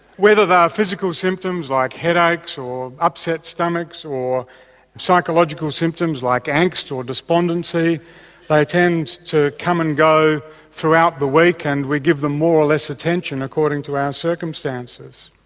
whether they are physical symptoms like headaches, or upset stomachs, or psychological symptoms like angst or despondency they tend to come and go throughout the week and we give them more or less attention according to our circumstances.